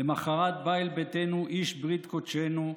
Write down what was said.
למוחרת בא אל ביתנו איש ברית קודשנו,